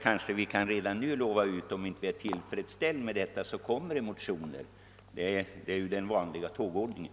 Jag kan redan nu lova ut att om vi inte är tillfredsställda med propositionen så kommer det motioner. Det är ju den vanliga tågordningen.